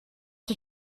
did